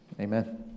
Amen